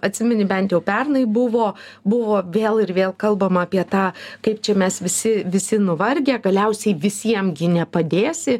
atsimeni bent jau pernai buvo buvo vėl ir vėl kalbama apie tą kaip čia mes visi visi nuvargę galiausiai visiem nepadėsi